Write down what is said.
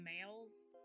males